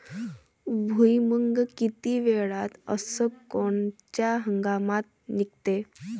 भुईमुंग किती वेळात अस कोनच्या हंगामात निगते?